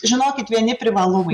žinokit vieni privalumai